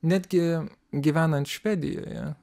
netgi gyvenant švedijoje